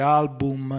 album